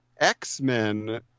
X-Men